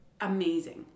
amazing